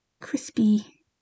crispy